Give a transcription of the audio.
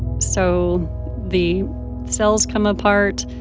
so the cells come apart,